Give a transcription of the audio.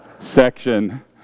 section